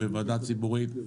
בוועדה ציבורית,